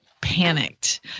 panicked